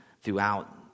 throughout